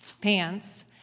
pants